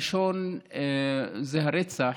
הראשון זה הרצח